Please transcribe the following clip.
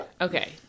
Okay